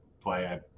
play